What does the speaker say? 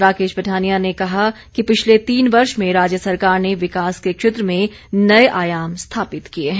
राकेश पठानिया ने कहा कि पिछले तीन वर्ष में राज्य सरकार ने विकास के क्षेत्र में नए आयाम स्थापित किए हैं